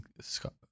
Scott